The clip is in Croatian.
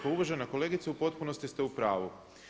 Pa uvažena kolegice u potpunosti ste u pravu.